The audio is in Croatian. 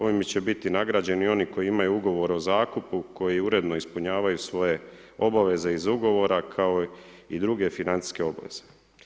Ovime će biti nagrađeni oni koji imaju ugovor o zakupu koji uredno ispunjavaju svoje obaveze iz ugovora kao i druge financijske obaveze.